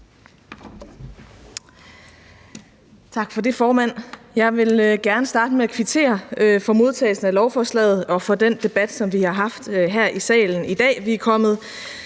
Tak for det, formand. Jeg vil gerne starte med at kvittere for modtagelsen af lovforslaget og for den debat, som vi har haft her i salen i dag. Vi er kommet